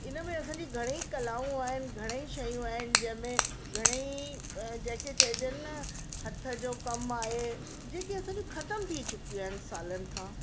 इनमें असांजी घणेई कलाऊं आहिनि घणेई शयूं आहिनि जंहिंमें घणेई अ जेके चएजनि न हथ जो कमु आहे जेके असांजी ख़तमु थी चुकियूं आहिनि सालनि खां